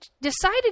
decided